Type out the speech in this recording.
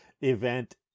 event